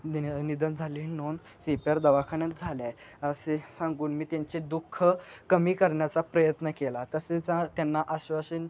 दिन निधन झाले ही नोंद सी पी आर दवाखान्यात झाला आहे असे सांगून मी त्यांचे दुःख कमी करण्याचा प्रयत्न केला तसेच त्यांना आश्वासन